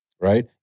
right